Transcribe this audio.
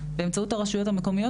באמצעות הרשויות המקומיות,